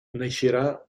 naixerà